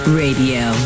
radio